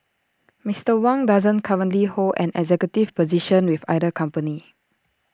Mister Wang doesn't currently hold an executive position with either company